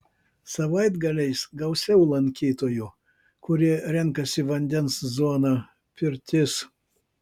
savaitgaliais gausiau lankytojų kurie renkasi vandens zoną pirtis